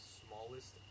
smallest